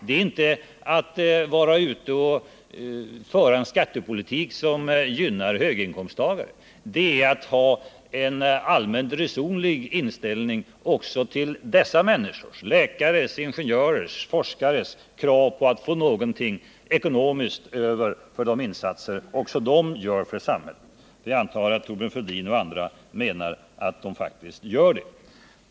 Det är inte att vara ute efter att föra en skattepolitik som gynnar höginkomsttagare. Det är att ha en allmänt resonlig inställning också till dessa människors, läkares, ingenjörers, forskares, krav på att ekonomiskt få någonting över för de insatser som också de gör för samhället. Jag antar att Thorbjörn Fälldin och andra menar att de faktiskt gör det.